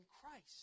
Christ